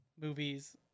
movies